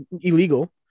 illegal